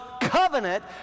covenant